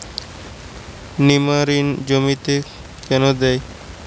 নিমারিন জমিতে কেন দেয়?